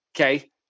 okay